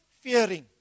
fearing